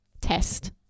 test